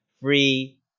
free